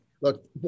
look